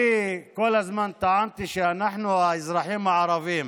אני כל הזמן טענתי שאנחנו האזרחים הערבים